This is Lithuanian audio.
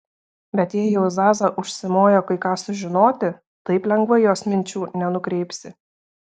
bet jei jau zaza užsimojo kai ką sužinoti taip lengvai jos minčių nenukreipsi